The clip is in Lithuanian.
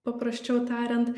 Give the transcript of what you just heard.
paprasčiau tariant